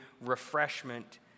refreshment